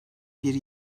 bir